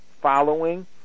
following